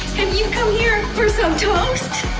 and you come here for some toast?